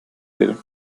will